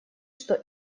что